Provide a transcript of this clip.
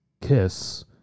KISS